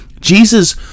Jesus